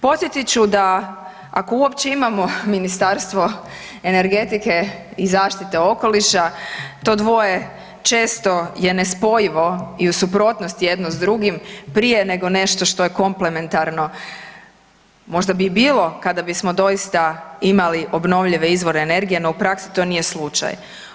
Podsjetit ću da ako uopće imamo Ministarstvo energetike i zaštite okoliša to dvoje je često nespojivo i u suprotnosti jedno s drugim prije nego nešto što je komplementarno, možda bi i bilo kada bismo doista imali obnovljive izvore energije no u praksi to nije slučaj.